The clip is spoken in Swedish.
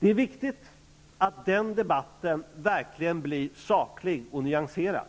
Det är viktig att debatten verkligen är saklig och nyanserad.